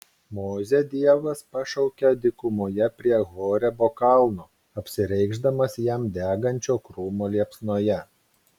mozę dievas pašaukia dykumoje prie horebo kalno apsireikšdamas jam degančio krūmo liepsnoje